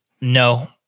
No